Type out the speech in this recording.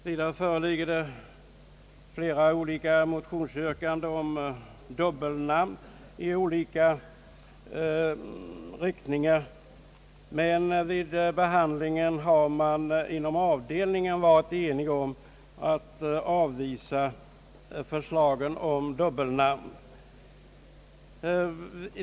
Vidare föreligger det flera motionsyrkanden om olika dubbelnamn, men avdelningen blev ense om att avvisa förslagen till dubbelnamn.